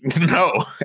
No